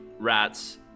rats